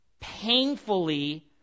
painfully